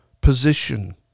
position